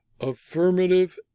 affirmative